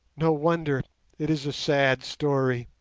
no wonder it is a sad story